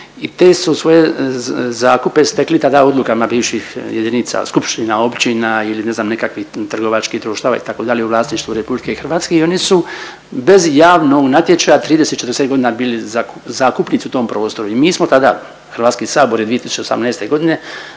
i te su svoje zakupe stekli tada odlukama bivših jedinica, skupština, općina ili ne znam nekakvih trgovačkih društava itd. u vlasništvu RH i oni su bez javnog natječaja 30, 40 godina bili zakupnici u tom prostoru. I mi smo tada Hrvatski sabor je 2018. godine